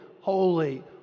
holy